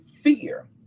fear